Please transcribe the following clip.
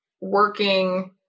working